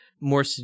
more